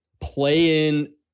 play-in